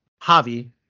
Javi